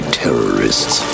terrorists